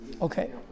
Okay